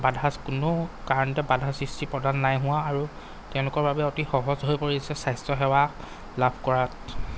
বাধা কোনো কাৰণতে বাধাৰ সৃষ্টি প্ৰদান নাই হোৱা আৰু তেওঁলোকৰ বাবে অতি সহজ হৈ পৰিছে স্বাস্থ্য সেৱা লাভ কৰাত